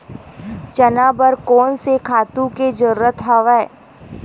चना बर कोन से खातु के जरूरत हवय?